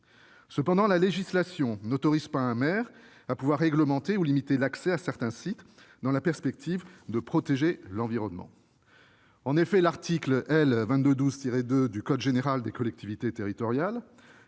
Toutefois, la législation n'autorise pas un maire à réglementer ou limiter l'accès à certains sites dans la perspective de protéger l'environnement. En effet, l'article L. 2212-2 du code général des collectivités territoriales,